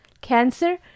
cancer